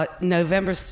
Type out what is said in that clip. November